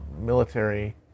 military